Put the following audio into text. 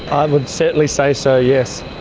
i would certainly say so, yes.